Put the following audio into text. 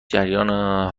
جریان